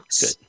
Good